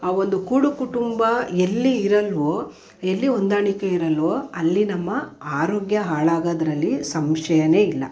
ಆ ಒಂದು ಕೂಡು ಕುಟುಂಬ ಎಲ್ಲಿ ಇರಲ್ವೋ ಎಲ್ಲಿ ಹೊಂದಾಣಿಕೆ ಇರಲ್ವೋ ಅಲ್ಲಿ ನಮ್ಮ ಆರೋಗ್ಯ ಹಾಳಾಗೋದರಲ್ಲಿ ಸಂಶಯನೇ ಇಲ್ಲ